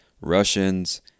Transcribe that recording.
Russians